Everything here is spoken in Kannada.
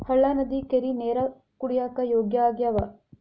ಹಳ್ಳಾ ನದಿ ಕೆರಿ ನೇರ ಕುಡಿಯಾಕ ಯೋಗ್ಯ ಆಗ್ಯಾವ